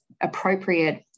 appropriate